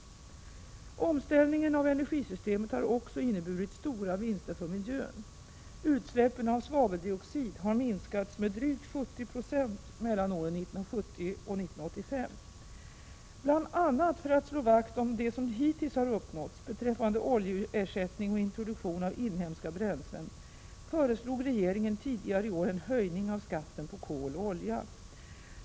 Omställningen av energisystemet har också inneburit stora vinster för miljön. Utsläppen av svaveldioxid har minskats med drygt 70 96 mellan åren 1970 och 1985. Bl.a. för att slå vakt om det som hittills har uppnåtts beträffande oljeersättning och introduktion av inhemska bränslen, föreslog regeringen tidigare i år en höjning av skatten på kol och olja.